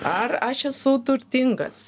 ar aš esu turtingas